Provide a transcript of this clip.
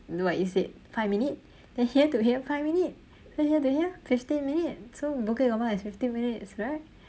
what you said five minute then here to here five minute then here to here fifteen minute so bukit-gombak is fifteen minutes right